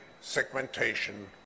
segmentation